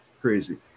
crazy